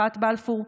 מחאת בלפור,